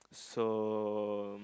so